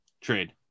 trade